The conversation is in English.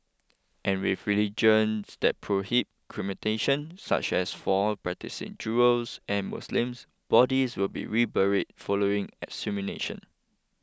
and with religions that prohibit cremation such as for practising Jews and Muslims bodies will be reburied following exhumation